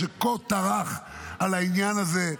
שכה טרח בעניין הזה,